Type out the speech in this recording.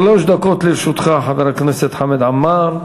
שלוש דקות לרשותך, חבר הכנסת חמד עמאר.